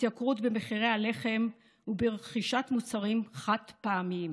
התייקרות במחירי הלחם וברכישת מוצרים חד- פעמיים.